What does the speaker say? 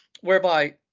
whereby